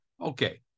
Okay